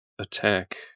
attack